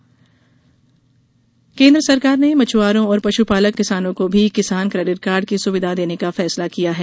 किसान केडिटकार्ड केन्द्र सरकार ने मछआरों और पश्पालक किसानों को भी किसान क्रेडिट कार्ड की सुविधा देने का फैसला किया है